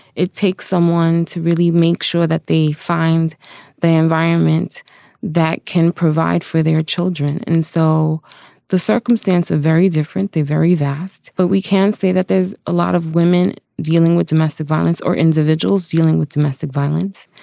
it takes someone to really make sure that they find the environment that can provide for their children and so the circumstances are very different. they're very vast. but we can see that there's a lot of women dealing with domestic violence or individuals dealing with domestic violence,